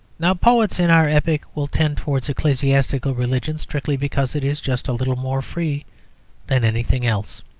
now, poets in our epoch will tend towards ecclesiastical religion strictly because it is just a little more free than anything else.